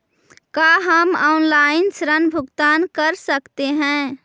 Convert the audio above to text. का हम आनलाइन ऋण भुगतान कर सकते हैं?